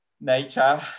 nature